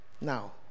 Now